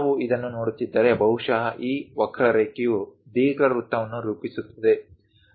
ನಾವು ಇದನ್ನು ನೋಡುತ್ತಿದ್ದರೆ ಬಹುಶಃ ಈ ವಕ್ರರೇಖೆಯು ದೀರ್ಘವೃತ್ತವನ್ನು ರೂಪಿಸುತ್ತದೆ